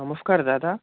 নমস্কার দাদা